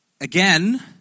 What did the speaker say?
again